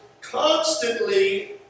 constantly